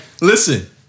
listen